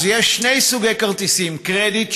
אז יש שני סוגי כרטיסים: קרדיט,